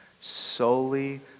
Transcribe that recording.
solely